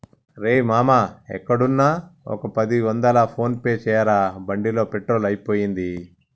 రేయ్ మామా ఎక్కడున్నా ఒక పది వందలు ఫోన్ పే చేయరా బండిలో పెట్రోల్ అయిపోయింది